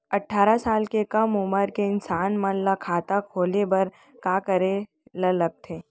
अट्ठारह साल से कम उमर के इंसान मन ला खाता खोले बर का करे ला लगथे?